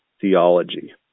theology